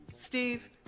Steve